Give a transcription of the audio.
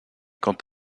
quant